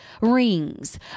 rings